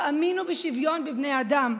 האמינו בשוויון בבני אדם.